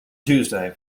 tuesday